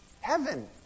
heaven